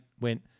went